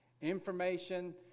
Information